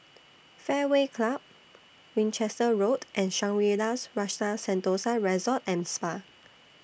Fairway Club Winchester Road and Shangri La's Rasa Sentosa Resort and Spa